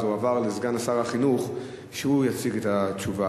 זה הועבר לסגן שר החינוך, והוא יציג את התשובה.